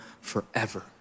forever